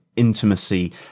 intimacy